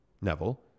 Neville